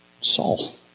Saul